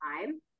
time